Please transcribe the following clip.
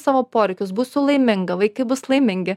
savo poreikius būsiu laiminga vaikai bus laimingi